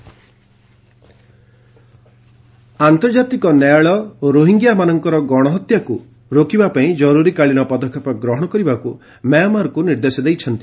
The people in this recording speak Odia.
ଆଇସିକେ ରୋହିଙ୍ଗ୍ୟା ଆନ୍ତର୍ଜାତିକ ନ୍ୟାୟାଳୟ ରୋହିଙ୍ଗ୍ୟାମାନଙ୍କର ଗଣହତ୍ୟାକୁ ରୋକିବା ପାଇଁ ଜରୁରିକାଳୀନ ପଦକ୍ଷେପ ଗ୍ରହଣ କରିବାକୁ ମ୍ୟାମାରକୁ ନିର୍ଦ୍ଦେଶ ଦେଇଛନ୍ତି